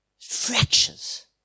fractures